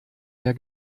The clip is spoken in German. mehr